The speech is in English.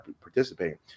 participating